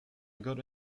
got